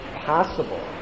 possible